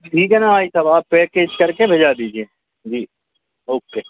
ठीक है ना भाई साब आप पैकेज करके भिजवा दीजिए जी ओ के